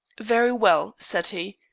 very well, said he,